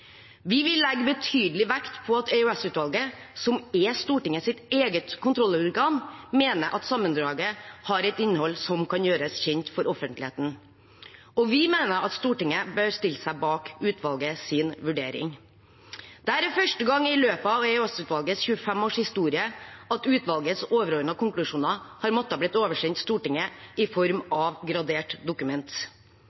Vi vil legge betydelig vekt på at EOS-utvalget, som er Stortingets eget kontrollorgan, mener at sammendraget har et innhold som kan gjøres kjent for offentligheten. Vi mener at Stortinget bør stille seg bak utvalgets vurdering. Dette er første gang i løpet av EOS-utvalgets 25-årige historie at utvalgets overordnede konklusjoner har måttet bli oversendt Stortinget i form